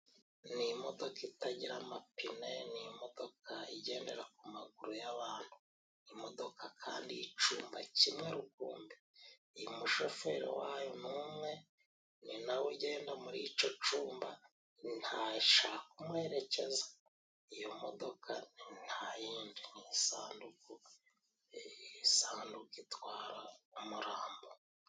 Ni imodoka itagira amapine ni imodoka igendera ku amaguru y'abantu. Imodoka kandi y' icumba cimwe rukumbi. Umushoferi wayo ni umwe, ni na we ugenda muri ico cumba, ntashaka umurekeza. Iyo modoka nta yindi. Ni isanduku, isandu itwara umurambo.